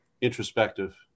introspective